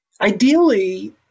ideally